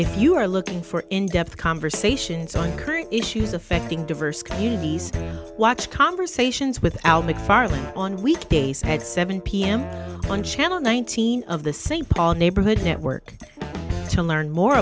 if you are looking for in depth conversations on current issues affecting diverse communities watch conversations with al mcfarland on weekdays head seven pm on channel nineteen of the st paul neighborhood network to learn more